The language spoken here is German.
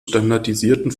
standardisierten